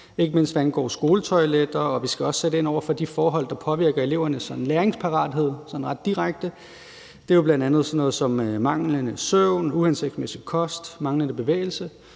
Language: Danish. ikke mindst hvad angår skoletoiletter, og vi skal også sætte ind over for de forhold, der påvirker elevernes læringsparathed ret direkte. Det er bl.a. sådan noget som manglende søvn, uhensigtsmæssig kost og manglende bevægelse.